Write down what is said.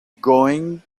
going